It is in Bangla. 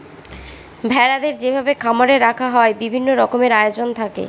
ভেড়াদের যেভাবে খামারে রাখা হয় বিভিন্ন রকমের আয়োজন থাকে